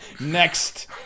Next